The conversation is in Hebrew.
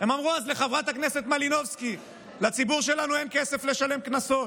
הם אמרו אז לחברת הכנסת מלינובסקי: לציבור שלנו אין כסף לשלם קנסות.